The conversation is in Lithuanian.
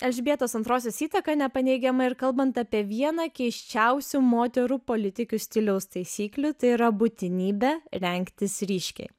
elžbietos antrosios įtaka nepaneigiama ir kalbant apie vieną keisčiausių moterų politikių stiliaus taisyklių tai yra būtinybę rengtis ryškiai